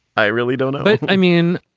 i really don't know i mean,